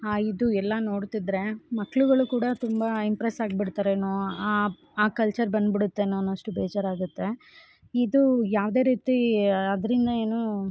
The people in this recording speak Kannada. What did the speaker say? ಆ ಇದು ಎಲ್ಲ ನೋಡ್ತಿದ್ರೆ ಮಕ್ಕಳುಗಳು ಕೂಡ ತುಂಬ ಇಂಪ್ರೆಸ್ಸ್ ಆಗ್ಬಿಡ್ತಾರೇನೋ ಆ ಆ ಕಲ್ಚರ್ ಬಂದ್ಬುಡುತ್ತೇನೋ ಅನ್ನೋಷ್ಟು ಬೇಜಾರಾಗತ್ತೆ ಇದು ಯಾವುದೇ ರೀತಿ ಅದ್ರಿಂದ ಏನು